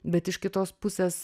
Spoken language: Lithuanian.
bet iš kitos pusės